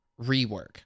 rework